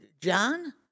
john